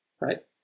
right